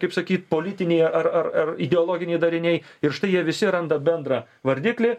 kaip sakyt politiniai ar ar ar ideologiniai dariniai ir štai jie visi randa bendrą vardiklį